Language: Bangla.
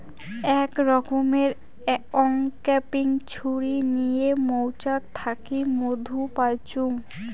আক রকমের অংক্যাপিং ছুরি নিয়ে মৌচাক থাকি মধু পাইচুঙ